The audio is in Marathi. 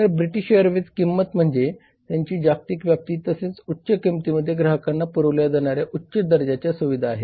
तर ब्रिटीश एअरवेजची किंमत म्हणजे त्याची जागतिक व्याप्ती तसेच उच्च किंमतीमध्ये ग्राहकांना पुरविल्या जाणाऱ्या उच्च दर्जाच्या सुविधा आहेत